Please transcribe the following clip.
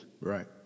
Right